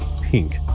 Pink